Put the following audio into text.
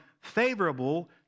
favorable